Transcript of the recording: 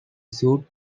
suit